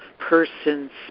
person's